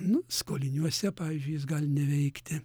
nu skoliniuose pavyzdžiui jis gali neveikti